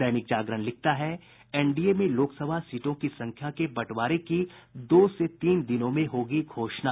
दैनिक जागरण लिखता है एनडीए में लोकसभा सीटों की संख्या के बंटवारे की दो से तीन दिनों में होगी घोषणा